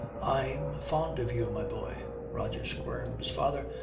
i'm fond of you, my boy roger squirms. father,